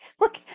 look